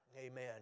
Amen